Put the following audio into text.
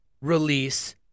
release